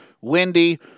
windy